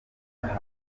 hazwi